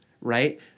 right